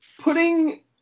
putting